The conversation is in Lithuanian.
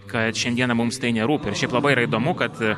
kad šiandieną mums tai nerūpi ir šiaip labai yra įdomu kad